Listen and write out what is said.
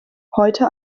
heute